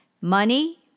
Money